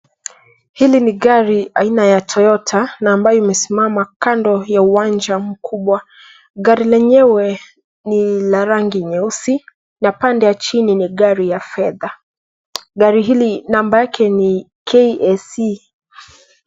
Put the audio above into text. Hili ni gari aina ya Toyota na ambayo imesimama kando ya uwanja mkubwa. Gari lenyewe ni la rangi nyeusi na pande ya chini ni gari ya fedha. Gari hili namba yake ni KAC.